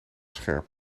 scherp